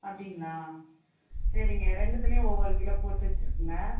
அப்படிங்களா சரிங்க ரெண்டுத்துலேயும் ஒவ்வொரு கிலோ போட்டு வச்சுருங்க